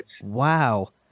Wow